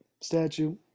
statue